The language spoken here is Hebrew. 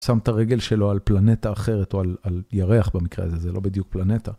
שם את הרגל שלו על פלנטה אחרת או על ירח במקרה הזה זה לא בדיוק פלנטה.